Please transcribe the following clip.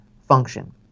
function